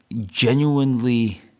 genuinely